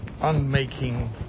unmaking